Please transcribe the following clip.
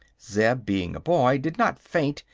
zeb, being a boy, did not faint,